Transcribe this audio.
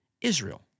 Israel